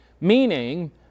meaning